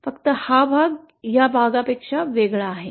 फक्त हा भाग या भागापेक्षा वेगळा आहे